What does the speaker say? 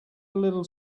little